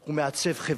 הוא מעצב חברה.